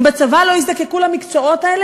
אם בצבא לא יזדקקו למקצועות האלה,